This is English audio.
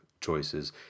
choices